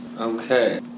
Okay